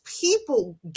people